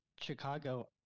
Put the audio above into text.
Chicago